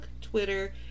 Twitter